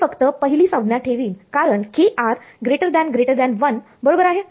मी फक्त पहिली संज्ञा ठेवीन कारण kr 1 बरोबर आहे